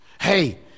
Hey